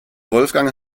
wolfgang